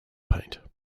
paint